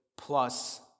plus